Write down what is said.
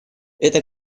эта